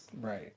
Right